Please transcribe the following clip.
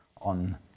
on